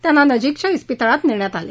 त्यांना नजिकच्या इस्पितळात नेण्यात आले